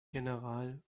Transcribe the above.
general